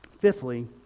Fifthly